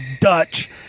Dutch